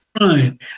Right